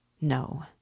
no